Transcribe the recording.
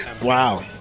Wow